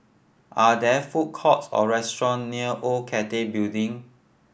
are there food courts or restaurant near Old Cathay Building